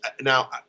now